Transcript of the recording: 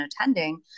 attending